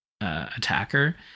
attacker